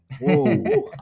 Whoa